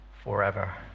forever